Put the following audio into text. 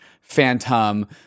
Phantom